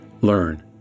learn